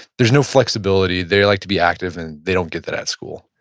there's no flexibility, they like to be active, and they don't get that at school.